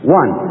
one